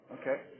Okay